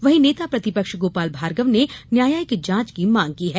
वहीं नेता प्रतिपक्ष गोपाल भार्गव ने न्यायिक जांच की मांग की है